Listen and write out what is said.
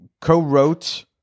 co-wrote